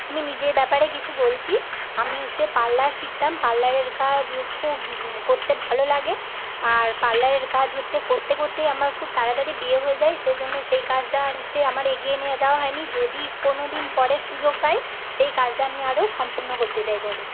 আমি নিজের ব্যাপারে কিছু বলছি আমি হচ্ছে পার্লার শিখতাম পার্লারের কাজ খুব করতে ভালো লাগে আর পার্লারের কাজ হচ্ছে করতে করতেই আমার খুব তাড়াতাড়ি বিয়ে হয়ে যায় সেইজন্য সেই কাজটা আর হচ্ছে আমার এগিয়ে নিয়ে যাওয়া হয়নি যদি কোনোদিন পরে সুযোগ পাই সেই কাজটা আমি আরও সম্পূর্ণ করতে চাই পরে